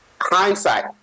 hindsight